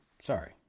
Sorry